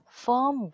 firm